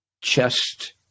chest